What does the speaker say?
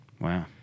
wow